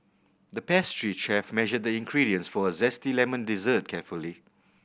the pastry chef measured the ingredients for a zesty lemon dessert carefully